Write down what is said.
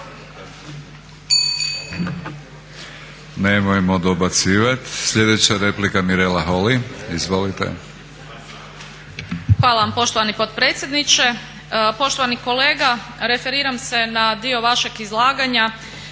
Hvala vam poštovani potpredsjedniče. Poštovani kolega referiram se na dio vašeg izlaganja